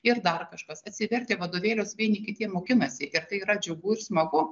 ir dar kažkas atsivertę vadovėlius vieni kitiem mokinasi ir tai yra džiugu ir smagu